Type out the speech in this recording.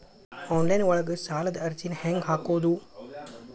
Online ಒಳಗ ಸಾಲದ ಅರ್ಜಿ ಹೆಂಗ್ ಹಾಕುವುದು?